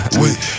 wait